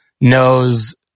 knows